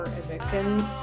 evictions